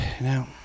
Now